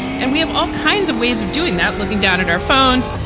and we have all kinds of ways of doing that, looking down at our phones.